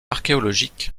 archéologiques